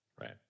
Right